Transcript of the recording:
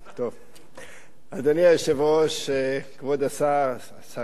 אדוני היושב-ראש, כבוד השר, השרים,